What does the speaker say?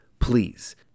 Please